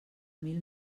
mil